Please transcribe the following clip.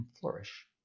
flourish